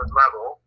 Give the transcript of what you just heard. level